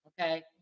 Okay